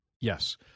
Yes